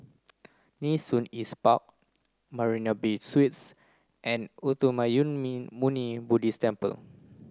Nee Soon East Park Marina Bay Suites and Uttamayanmuni Buddhist Temple